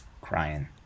crying